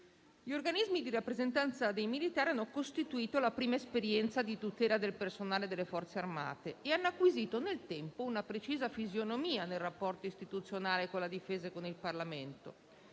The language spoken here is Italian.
Gli organismi di rappresentanza dei militari hanno costituito la prima esperienza di tutela del personale delle Forze armate e hanno acquisito nel tempo una precisa fisionomia nel rapporto istituzionale con la Difesa e con il Parlamento.